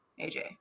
aj